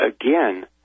Again